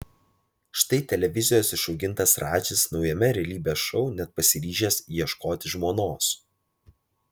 štai televizijos išaugintas radžis naujame realybės šou net pasiryžęs ieškoti žmonos